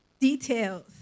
details